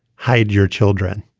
hide your children